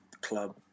club